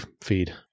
feed